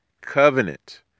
covenant